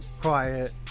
quiet